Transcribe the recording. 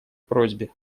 просьбе